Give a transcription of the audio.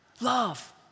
love